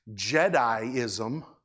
Jediism